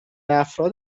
افراد